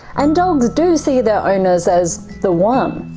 and dogs do see their owners as the one.